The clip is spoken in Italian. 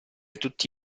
tutti